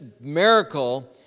miracle